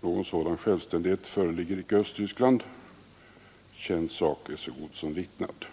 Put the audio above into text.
Någon sådan självständighet föreligger ju inte i Östtyskland. Känd sak är så god som vittnad.